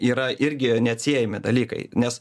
yra irgi neatsiejami dalykai nes